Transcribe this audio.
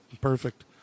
perfect